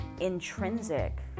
intrinsic